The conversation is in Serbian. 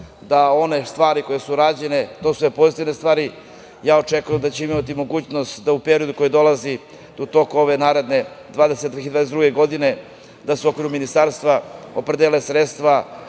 da one stvari koje su rađene su sve pozitivne stvari i ja očekujem da ćemo imati mogućnost da u periodu koji dolazi, u toku ove naredne 2022. godine, da se u okviru Ministarstva opredele sredstva